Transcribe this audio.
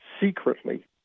secretly